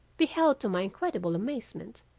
beheld to my incredible amazement,